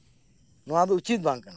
ᱱᱚᱣᱟ ᱫᱚ ᱩᱪᱤᱛ ᱵᱟᱝᱠᱟᱱᱟ